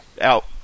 out